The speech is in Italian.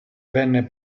venne